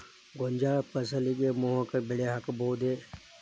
ಗೋಂಜಾಳ ಫಸಲಿಗೆ ಮೋಹಕ ಬಲೆ ಹಾಕಬಹುದೇ?